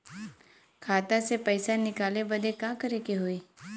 खाता से पैसा निकाले बदे का करे के होई?